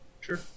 Sure